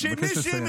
אבקש לסיים.